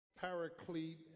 paraclete